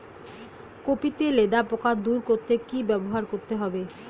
Copy তে লেদা পোকা দূর করতে কি ব্যবহার করতে হবে?